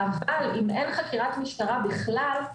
אבל אם אין חקירת משטרה בכלל,